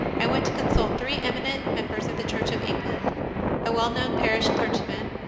i went to consult three eminent members of the church of england a well known parish clergyman,